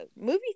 movie